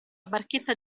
barchetta